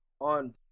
on